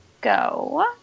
go